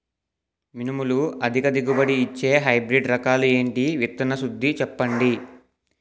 మినుములు అధిక దిగుబడి ఇచ్చే హైబ్రిడ్ రకాలు ఏంటి? విత్తన శుద్ధి చెప్పండి?